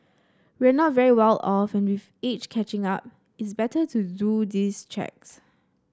we're not very well off and with age catching up it's better to do these checks